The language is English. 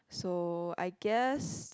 so I guess